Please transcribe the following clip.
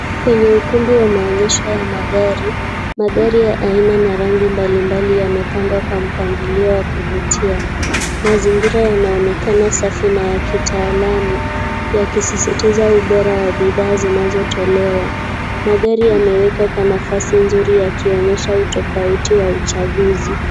Kwenye ukumbi wa maonyesho ya magari. Gari ya aina na rangi mbalimbali yamepangwa kwa mpangilio wa kuvutia. Mazingira yanaonekana safi na ya kitaalamu wakisisitiza ubora wa bidhaa zinazotolewa. Magari yamewekwa kwa nafasi nzuri yakionyesha utofauti wa uchaguzi.